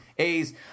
A's